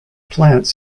plants